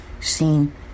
seen